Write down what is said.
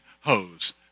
hose